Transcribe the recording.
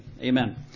Amen